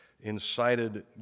incited